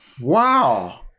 Wow